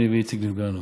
אני ואיציק נפגענו,